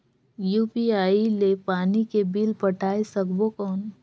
UPI ले पानी के बिल पटाय सकबो कौन?